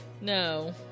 No